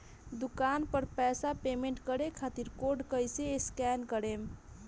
दूकान पर पैसा पेमेंट करे खातिर कोड कैसे स्कैन करेम?